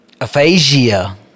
Aphasia